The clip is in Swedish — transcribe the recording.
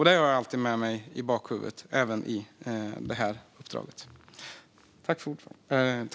Det har jag alltid med mig i bakhuvudet, även i det här uppdraget.